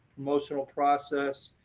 promotional process.